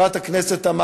הכנסת איתן ברושי,